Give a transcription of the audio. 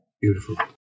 beautiful